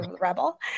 rebel